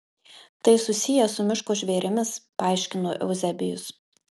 tai susiję su miško žvėrimis paaiškino euzebijus